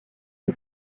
des